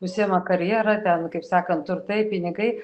užsiima karjera ten kaip sakant turtai pinigai